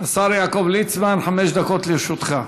יעקב ליצמן, חמש דקות לרשותך.